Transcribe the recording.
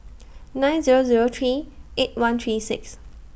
nine Zero Zero three eight one three six